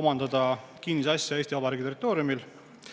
omandada kinnisasja Eesti Vabariigi territooriumil.